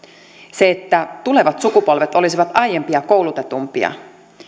se että tulevat sukupolvet olisivat aiempia koulutetumpia